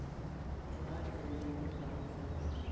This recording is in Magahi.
ज्वार ग्रैमीनी का फसल हई